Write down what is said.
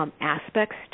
aspects